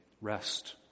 Rest